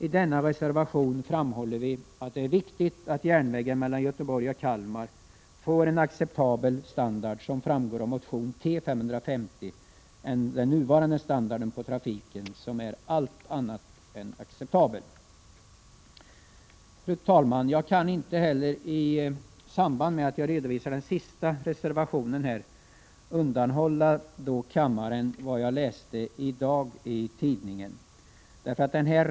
I denna reservation framhåller vi att det är viktigt att järnvägen mellan Göteborg och Kalmar får en acceptabel standard. Som framgår av motion T550 är den nuvarande standarden på trafiken allt annat än acceptabel. Fru talman! I samband med att jag redovisar den sista reservationen kan jag inte undanhålla kammaren vad jag i dag läst i tidningen.